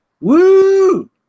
Woo